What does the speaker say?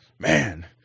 Man